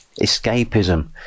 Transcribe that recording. escapism